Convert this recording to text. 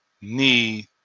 need